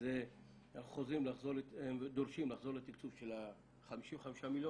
אז דורשים לחזור לתקצוב של ה-55 מיליון